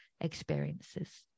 experiences